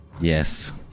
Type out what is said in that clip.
Yes